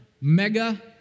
mega